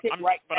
right